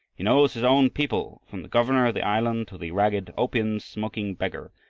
he knows his own people, from the governor of the island to the ragged opium-smoking beggar,